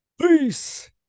Peace